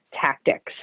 tactics